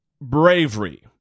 bravery